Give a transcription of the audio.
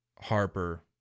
Harper